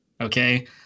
Okay